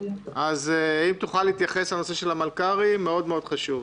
אז אם תוכל להתייחס לנושא של המלכ"רים זה מאוד חשוב.